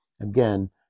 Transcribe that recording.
again